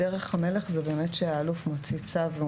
דרך המלך זה באמת שהאלוף מוציא צו,